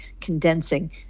condensing